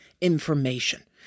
information